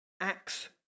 Acts